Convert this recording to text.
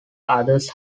others